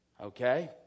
Okay